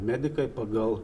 medikai pagal